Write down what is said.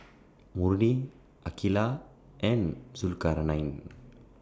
Murni Aqeelah and Zulkarnain